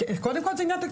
קודם כל זה עניין תקציבי.